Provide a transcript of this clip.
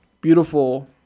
Beautiful